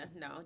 no